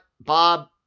Bob